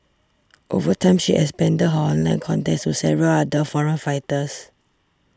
over time she expanded her online contacts to several other foreign fighters